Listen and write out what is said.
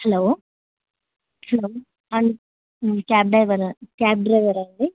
hello hello cab cab డ్రైవరా అండి